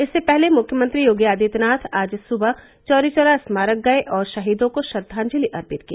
इससे पहले मुख्यमंत्री योगी आदित्यनाथ आज सुबह चौरी चौरा स्मारक गए और शहीदों को श्रद्वांजलि अर्पित की